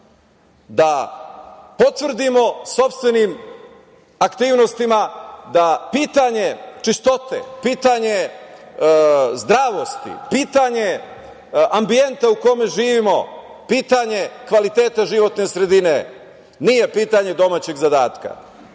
da potvrdimo sopstvenim aktivnostima da pitanje čistote, pitanje zdravosti, pitanje ambijenta u kome živimo, pitanje kvaliteta životne sredine nije pitanje domaćeg zadatka,